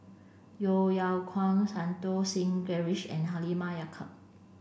Yeo Yeow Kwang Santokh Singh Grewal and Halimah Yacob